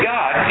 God